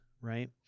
right